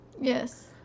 Yes